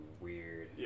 weird